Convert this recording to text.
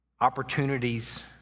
opportunities